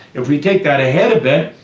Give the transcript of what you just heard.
if we take that ahead a bit,